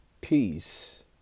peace